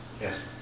Yes